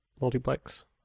multiplex